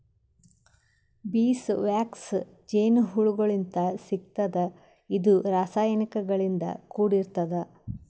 bees wax ಜೇನಹುಳಗೋಳಿಂತ್ ಸಿಗ್ತದ್ ಇದು ರಾಸಾಯನಿಕ್ ಗಳಿಂದ್ ಕೂಡಿರ್ತದ